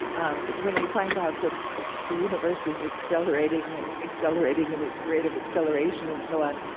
um when you find out that the universe is accelerating and accelerating in its rate of acceleration and so on,